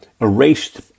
erased